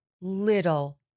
little